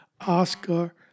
Oscar